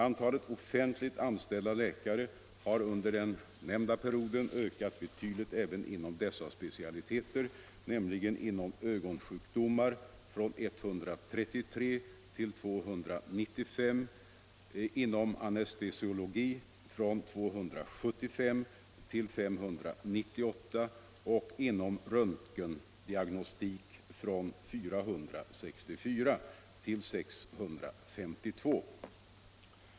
Antalet offentligt anställda läkare har under den nämnda perioden ökat betydligt även inom dessa specialiteter, nämligen inom ögonsjukdomar från 133 till 295, inom anestesiologi från 275 till 598 och inom röntgendiagnostik från 464 till 652.